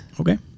Okay